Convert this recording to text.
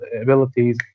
abilities